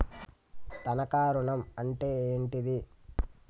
తనఖా ఋణం అంటే ఏంటిది?